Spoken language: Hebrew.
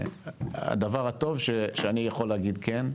והדבר הטוב שאני יכול להגיד כן,